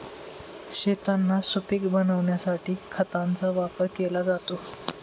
शेतांना सुपीक बनविण्यासाठी खतांचा वापर केला जातो